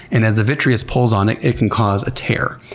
and as the vitreous pulls on it, it can cause a tear.